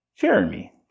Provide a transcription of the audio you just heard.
Jeremy